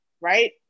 right